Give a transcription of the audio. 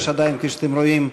כפי שאתם רואים,